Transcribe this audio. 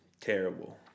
terrible